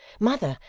mother,